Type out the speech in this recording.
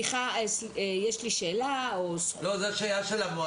יש לי שאלה או זכויות.